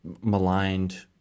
maligned